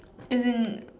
as in